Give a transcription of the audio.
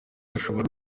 ashobora